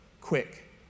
quick